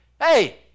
hey